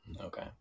Okay